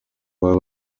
babe